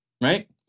Right